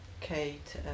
Kate